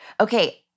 Okay